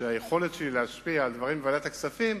היכולת להשפיע על דברים בוועדת הכספים,